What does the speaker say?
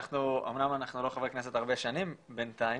אמנם אנחנו לא חברי כנסת הרבה שנים בינתיים,